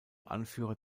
anführer